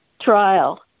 trial